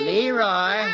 Leroy